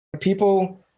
people